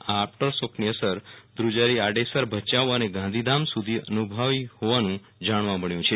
આ આફ્ટરશોકની અસર ધુજારી આડેસર ભયાઉ અને ગાંધીધામ સુધી અનુ ભવાઈ હોવાનું જાણવા મબ્યું છે